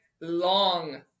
long